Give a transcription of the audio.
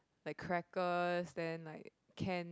like crackers then like can